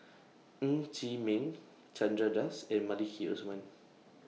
Ng Chee Meng Chandra Das and Maliki Osman